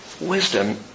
wisdom